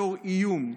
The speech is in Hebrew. בתור איום.